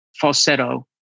falsetto